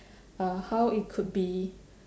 uh how it could be